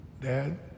dad